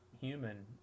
human